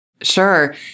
Sure